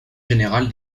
générale